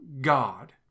God